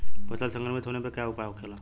फसल संक्रमित होने पर क्या उपाय होखेला?